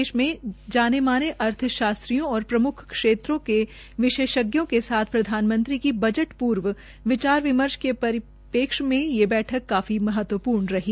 देश के जाने माने अर्थव्यवसथा और और प्रमुख क्षेत्रों के विशेषज्ञों के साथ प्रधानमंत्री की बज पूर्व विचार विमर्श के परिपेक्ष में ये बैठक काफी महत्वपूर्ण रही